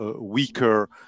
Weaker